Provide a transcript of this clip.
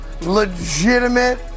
legitimate